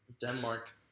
Denmark